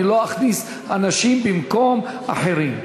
אני לא אכניס אנשים במקום אחרים.